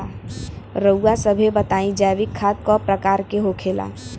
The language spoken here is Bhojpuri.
रउआ सभे बताई जैविक खाद क प्रकार के होखेला?